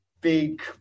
big